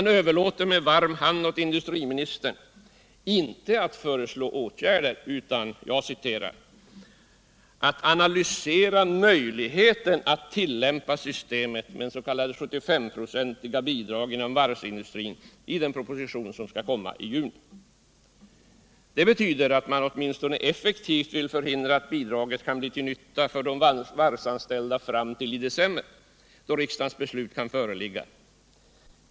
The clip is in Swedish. De överlåter med varm hand åt industriministern inte att föreslå åtgärder utan att analysera ”möjligheten att tillämpa systemet med s.k. 75-procentsbidrag inom varvsindustrin” — i den proposition som skall läggas fram nu i juni. Det betyder att man åtminstone effektivt vill förhindra att bidraget blir till nytta för de varvsanställda under tiden fram till december, då riksdagens beslut kan föreligga.